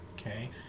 okay